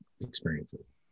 experiences